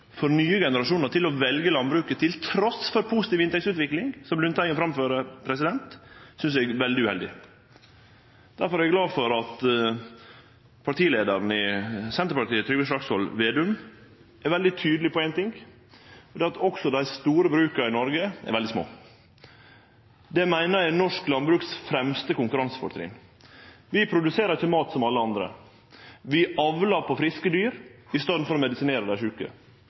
at nye generasjonar skal velje landbruket trass i ei positiv inntektsutvikling, synest eg er veldig uheldig. Difor er eg glad for at partileiaren i Senterpartiet, Trygve Slagsvold Vedum, er veldig tydeleg på ein ting, og det er at også dei store bruka i Noreg er veldig små. Det meiner eg er det fremste konkurransefortrinnet for norsk landbruk. Vi produserer ikkje mat som alle andre. Vi avlar på friske dyr i staden for å medisinere dei sjuke.